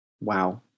Wow